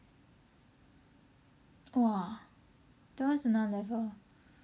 !wah! that one is another level